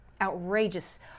Outrageous